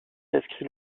inscrit